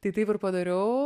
tai taip ir padariau